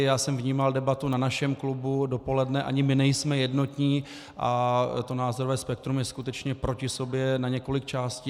Já jsem vnímal debatu na našem klubu dopoledne, ani my nejsme jednotní a to názorové spektrum je skutečně proti sobě na několik částí.